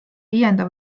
viienda